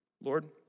Lord